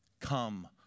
Come